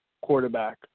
quarterback